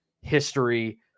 history